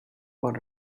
what